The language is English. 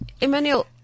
Emmanuel